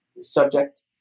subject